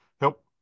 help